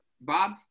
Bob